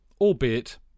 albeit